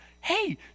Hey